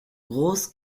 groß